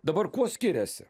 dabar kuo skiriasi